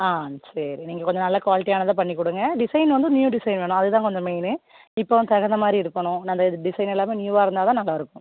ஆ சரி நீங்கள் கொஞ்சம் நல்ல குவாலிட்டியானதாக பண்ணி கொடுங்க டிசையினு வந்து நியூ டிசையின் வேணும் அதுதான் கொஞ்சம் மெயினு இப்போது தகுந்த மாதிரி இருக்கணும் அந்த டிசையின் எல்லாமே நியூவாக இருந்தால் தான் நல்லாயிருக்கும்